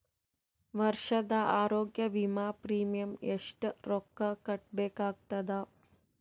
ವರ್ಷದ ಆರೋಗ್ಯ ವಿಮಾ ಪ್ರೀಮಿಯಂ ಎಷ್ಟ ರೊಕ್ಕ ಕಟ್ಟಬೇಕಾಗತದ?